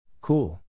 Cool